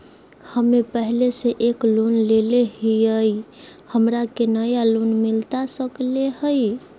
हमे पहले से एक लोन लेले हियई, हमरा के नया लोन मिलता सकले हई?